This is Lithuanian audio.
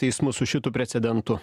teismus su šitu precedentu